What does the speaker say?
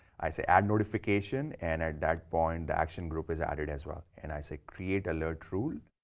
i say add notification and at that point, the action group is added as well. and i say create alert rule.